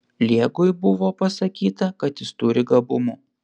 liegui buvo pasakyta kad jis turi gabumų